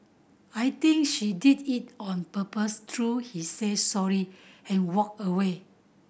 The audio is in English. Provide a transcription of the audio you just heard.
I think she did it on purpose though she said sorry and walked away